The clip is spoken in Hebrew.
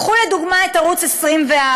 קחו לדוגמה את ערוץ 24,